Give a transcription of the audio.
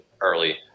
early